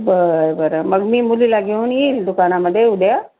बरं बरं मग मी मुलीला घेऊन येईल दुकानामध्ये उद्या